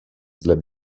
della